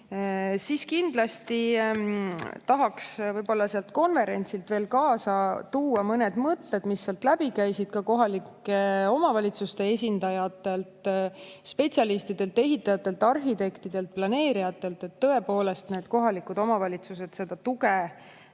Siis kindlasti tahaks konverentsilt veel kaasa tuua mõned mõtted, mis sealt läbi käisid, ka kohalike omavalitsuste esindajatelt, spetsialistidelt, ehitajatelt, arhitektidelt ja planeerijatelt. Tõepoolest, kohalikud omavalitsused